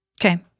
Okay